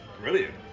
brilliant